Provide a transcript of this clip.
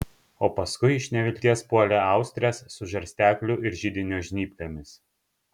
o paskui iš nevilties puolė austres su žarstekliu ir židinio žnyplėmis